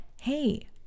hey